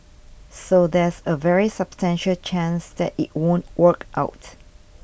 so there's a very substantial chance that it won't work out